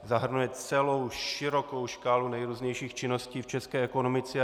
Zahrnuje celou širokou škálu nejrůznějších činností v české ekonomice.